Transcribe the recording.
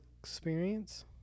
experience